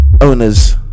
owners